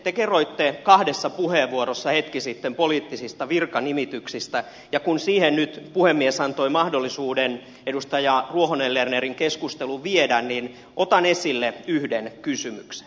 te kerroitte kahdessa puheenvuorossanne hetki sitten poliittisista virkanimityksistä ja kun puhemies nyt antoi edustaja ruohonen lernerille mahdollisuuden viedä keskustelun siihen niin otan esille yhden kysymyksen